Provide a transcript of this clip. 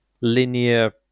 linear